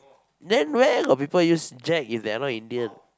then where got people use Jack if they are not Indian